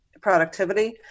productivity